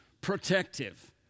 protective